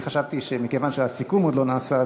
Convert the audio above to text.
אני חשבתי שמכיוון שהסיכום עוד לא נעשה,